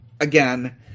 again